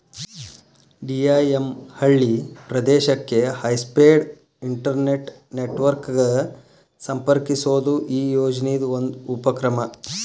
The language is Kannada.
ಡಿ.ಐ.ಎಮ್ ಹಳ್ಳಿ ಪ್ರದೇಶಕ್ಕೆ ಹೈಸ್ಪೇಡ್ ಇಂಟೆರ್ನೆಟ್ ನೆಟ್ವರ್ಕ ಗ ಸಂಪರ್ಕಿಸೋದು ಈ ಯೋಜನಿದ್ ಒಂದು ಉಪಕ್ರಮ